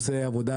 הוא עושה עבודה,